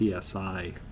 PSI